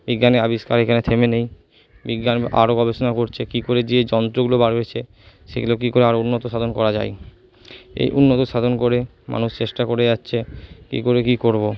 বিজ্ঞানের আবিষ্কার এখানে থেমে নেই বিজ্ঞান আরও গবেষণা করছে কী করে যে যন্ত্রগুলো বার হয়েছে সেগুলো কী করে আরও উন্নতিসাধন করা যায় এই উন্নতিসাধন করে মানুষ চেষ্টা করে যাচ্ছে কী করে কী করবো